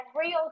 real